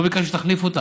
לא ביקשנו שתחליפו אותנו.